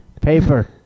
paper